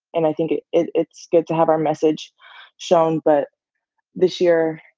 and i think it's good to have our message shown. but this year,